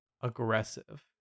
aggressive